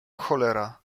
cholera